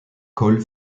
coll